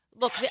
Look